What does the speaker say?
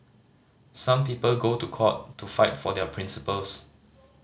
some people go to court to fight for their principles